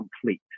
complete